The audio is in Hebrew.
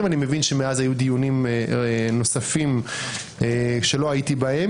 ואני מבין שמאז היו דיונים נוספים שלא הייתי בהם.